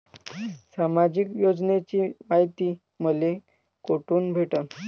सामाजिक योजनेची मायती मले कोठून भेटनं?